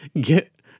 get